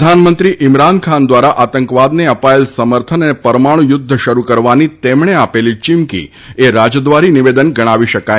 પ્રધાનમંત્રી ઇમરાનખાન દ્વારા આતંકવાદને અપાયેલ સમર્થન અને પરમાણુ યુદ્ધ શરૂ કરવાની તેમણે આપેલી ચીમકી એ રાજદ્વારી નિવેદન ગણાવી શકાય નહીં